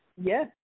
yes